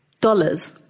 dollars